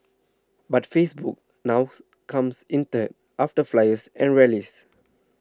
but Facebook now comes in third after flyers and rallies